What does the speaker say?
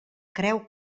creu